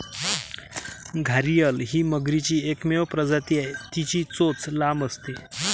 घारीअल ही मगरीची एकमेव प्रजाती आहे, तिची चोच लांब असते